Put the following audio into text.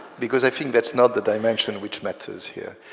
because i think that's not the dimension which matters here.